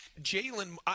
Jalen